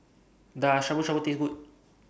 Does Shabu Shabu Taste Good